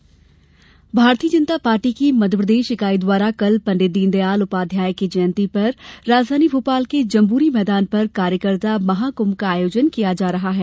कार्यकर्ता महाकृंभ भारतीय जनता पार्टी की मध्यप्रदेश इकाई द्वारा कल पंडित दीनदयाल उपाध्याय की जयंती पर राजधानी भोपाल के जम्बूरी मैदान पर कार्यकर्ता महाकुंभ का आयोजन किया जा रहा है